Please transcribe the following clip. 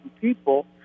people